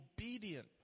obedient